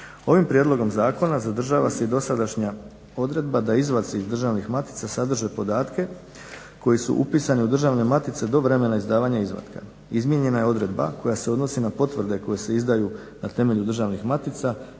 Ovim prijedlogom zakona zadržava se i dosadašnja odredba da izvadci iz državnih matica sadrže podatke koji su upisani u državne matice do vremena izdavanja izvatka. Izmijenjena je odredba koja se odnosi na potvrde koje se izdaju na temelju državnih matica